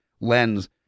lens